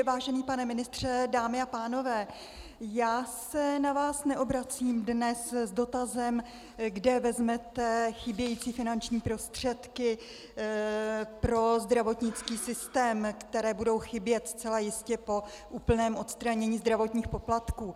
Vážený pane ministře, dámy a pánové, já se na vás neobracím dnes s dotazem, kde vezmete chybějící finanční prostředky pro zdravotnický systém, které budou chybět zcela jistě po úplném odstranění zdravotních poplatků.